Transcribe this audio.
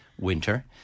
winter